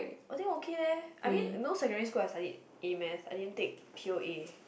I think okay leh I mean you know secondary I study A math I didn't take pure A